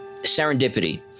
serendipity